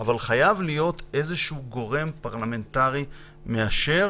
אבל חייב להיות איזשהו גורם פרלמנטרי מאשר